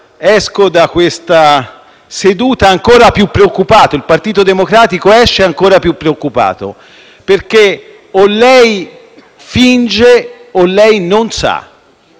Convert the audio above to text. esco da questa seduta ancora più preoccupato - il Partito Democratico esce ancora più preoccupato - perché o lei finge o lei non sa.